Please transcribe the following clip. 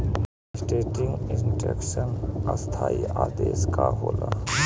Standing instruction स्थाई आदेश का होला?